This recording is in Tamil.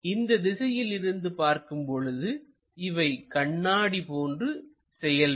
இந்த திசையில் இருந்து பார்க்கும் பொழுது இவை கண்ணாடி போன்று செயல்படும்